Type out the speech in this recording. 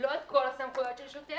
לא את כל הסמכויות של שוטר,